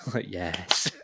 Yes